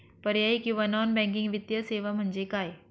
पर्यायी किंवा non banking वित्तीय सेवा म्हणजे काय?